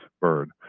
Bird